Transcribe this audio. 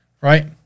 Right